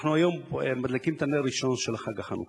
היום אנחנו מדליקים את הנר הראשון של חג החנוכה,